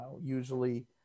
Usually